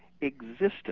existence